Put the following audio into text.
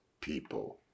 people